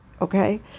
Okay